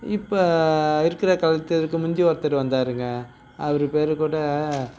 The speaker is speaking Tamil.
இப்போ இருக்கிற கலெக்டருக்கு முந்தி ஒருத்தர் வந்தாருங்க அவர் பேர் கூட